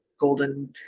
golden